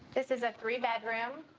this is a three-bedroom,